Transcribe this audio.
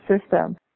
system